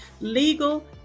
legal